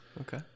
Okay